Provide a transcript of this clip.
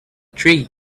tree